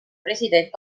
president